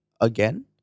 again